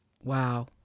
Wow